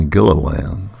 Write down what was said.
Gilliland